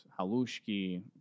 halushki